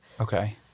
Okay